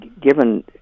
given